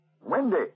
Wendy